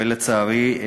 ולצערי,